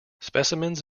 specimens